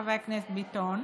חבר כנסת ביטון,